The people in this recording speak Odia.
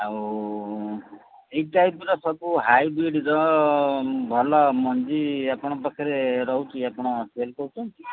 ଆଉ ଏଇ ଟାଇପ୍ର ସବୁ ହାଇବ୍ରିଡ଼୍ର ଭଲ ମଞ୍ଜି ଆପଣଙ୍କ ପାଖରେ ରହୁଛି ଆପଣ ସେଲ୍ କରୁଛନ୍ତି